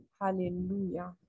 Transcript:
Hallelujah